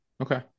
Okay